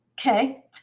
okay